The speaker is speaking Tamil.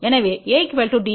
எனவே A D